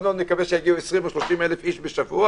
מקווה שיגיע בשבוע 20,000 או 30,000 בשבוע